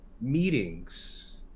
meetings